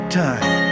time